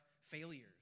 failures